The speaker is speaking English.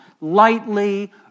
lightly